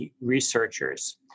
researchers